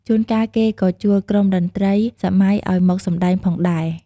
ជួនកាល គេក៏ជួលក្រុមតន្រីសម័យឱ្យមកសម្ដែងផងដែរ។